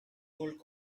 gold